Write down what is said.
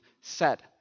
set